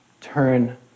turn